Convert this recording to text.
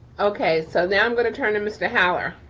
okay, so now i'm going to turn to mr. holler.